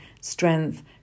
strength